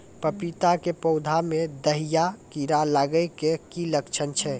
पपीता के पौधा मे दहिया कीड़ा लागे के की लक्छण छै?